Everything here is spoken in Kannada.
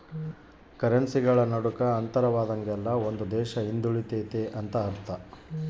ಕರೆನ್ಸಿಗಳ ನಡುಕ ಅಂತರವಾದಂಗೆಲ್ಲ ಒಂದು ದೇಶ ಹಿಂದುಳಿತೆತೆ ಅಂತ ಅರ್ಥ